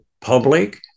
public